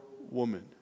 woman